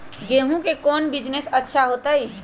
गेंहू के कौन बिजनेस अच्छा होतई?